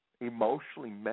emotionally